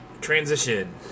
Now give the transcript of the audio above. Transition